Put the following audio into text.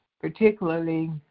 Particularly